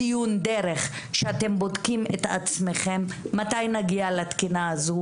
ציון דרך שאתם בודקים את עצמכם מתי נגיע לתקינה הזו.